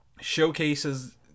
showcases